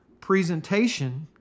presentation